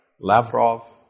Lavrov